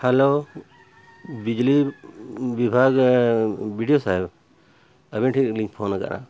hello ᱵᱤᱡᱽᱞᱤ ᱵᱤᱵᱷᱟᱜᱽ BDO ᱥᱟᱦᱮᱵᱽ ᱟᱵᱮᱱ ᱴᱷᱮᱱ ᱜᱮᱞᱤᱧ ᱯᱷᱳᱱ ᱟᱠᱟᱫᱟ